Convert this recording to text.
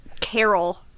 Carol